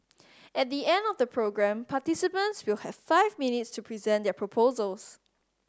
at the end of the programme participants will have five minutes to present their proposals